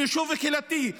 ביישוב קהילתי,